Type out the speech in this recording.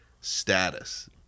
status